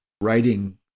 writing